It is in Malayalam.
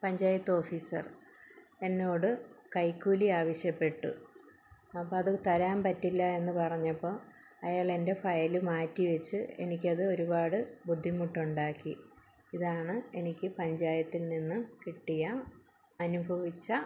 പഞ്ചായത്ത് ഓഫീസർ എന്നോട് കൈക്കൂലി ആവശ്യപ്പെട്ടു അപ്പം അത് തരാൻ പറ്റില്ല എന്ന് പറഞ്ഞപ്പം അയാൾ എൻ്റെ ഫയൽ മാറ്റി വെച്ച് എനിക്കത് ഒരുപാട് ബുദ്ധിമുട്ട് ഉണ്ടാക്കി ഇതാണ് എനിക്ക് പഞ്ചായത്തിൽ നിന്ന് കിട്ടിയ അനുഭവിച്ച